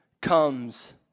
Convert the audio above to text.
comes